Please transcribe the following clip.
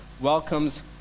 welcomes